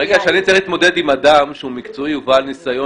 ברגע שאני צריך להתמודד עם אדם שהוא מקצועי ובעל ניסיון